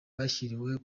bashyiriweho